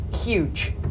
huge